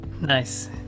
nice